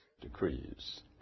decrees